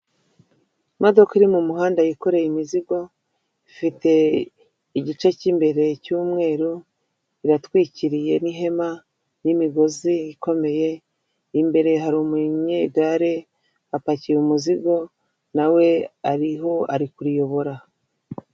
Imodoka iri mu muhanda yikoreye imizigo, ifite igice k'imbere cy'umweru iratwikiye n'ihema, n'imigozi ikomeye, imbere hari umunyegare apakiye umuzigo nawe ariho ari kuriyobora.